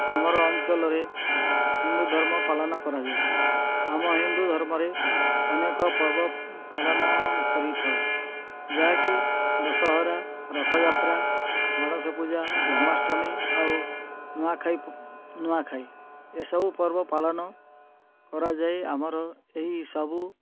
ଆମର ଅଞ୍ଚଲରେ ହିନ୍ଦୁଧର୍ମ ପାଲନ କରାଯାଏ ଆମ ହିନ୍ଦୁଧର୍ମରେ ଅନେକ ପର୍ବ ପାଲନ କରିଥାଉ ଯାହାକି ଦଶହରା ରଥଯାତ୍ରା ଗଣେଶପୂଜା ଜନ୍ମାଷ୍ଟମୀ ଆଉ ନୂଆଖାଇ ନୂଆଖାଇ ଏସବୁ ପର୍ବ ପାଲନ କରାଯାଏ ଆମର ଏହି ସବୁ